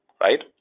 right